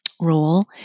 role